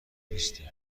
نیستی